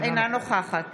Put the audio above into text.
אינה נוכחת